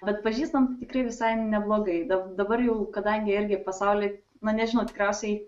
bet pažįstam tikrai visai neblogai bet dabar jau kadangi irgi pasauly na nežinau tikriausiai